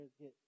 get